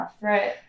Right